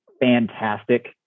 fantastic